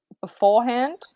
beforehand